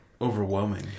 overwhelming